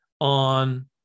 on